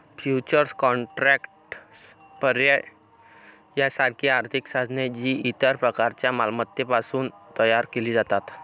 futures contracts, पर्याय यासारखी आर्थिक साधने, जी इतर प्रकारच्या मालमत्तांपासून तयार केली जातात